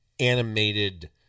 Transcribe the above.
animated